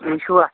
تُہۍ چھِوٕ